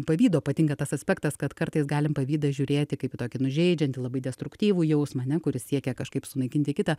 pavydo patinka tas aspektas kad kartais galim pavydą žiūrėti kaip į tokį nu žeidžiantį labai destruktyvų jausmą ane kuris siekia kažkaip sunaikinti kitą